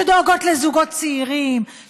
שדואגות לזוגות צעירים,